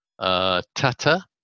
Tata